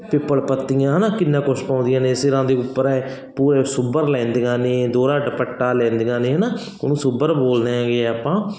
ਪਿੱਪਲ ਪੱਤੀਆਂ ਹਨਾ ਕਿੰਨਾ ਕੁਛ ਪਾਉਂਦੀਆਂ ਨੇ ਸਿਰਾਂ ਦੇ ਉੱਪਰ ਹੈ ਪੂਰੇ ਸੂਬਰ ਲੈਂਦੀਆਂ ਨੇ ਦੋਹਰਾ ਦੁਪੱਟਾ ਲੈਂਦੀਆਂ ਨੇ ਹੈ ਨਾ ਉਹਨੂੰ ਸੂਬਰ ਬੋਲਦੇ ਆ ਗੇ ਆਪਾਂ